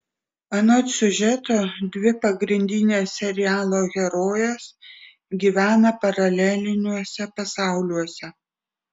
anot siužeto dvi pagrindinės serialo herojės gyvena paraleliniuose pasauliuose